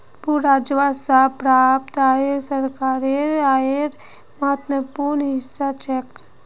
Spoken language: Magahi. भू राजस्व स प्राप्त आय सरकारेर आयेर महत्वपूर्ण हिस्सा छेक